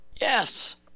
Yes